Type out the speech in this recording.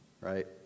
right